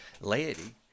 Laity